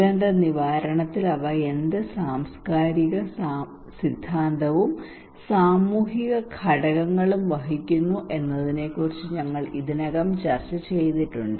ദുരന്ത നിവാരണത്തിൽ അവ എന്ത് സാംസ്കാരിക സിദ്ധാന്തവും സാമൂഹിക ഘടകങ്ങളും വഹിക്കുന്നു എന്നതിനെക്കുറിച്ച് ഞങ്ങൾ ഇതിനകം ചർച്ച ചെയ്തിട്ടുണ്ട്